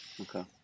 Okay